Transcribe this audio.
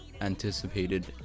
anticipated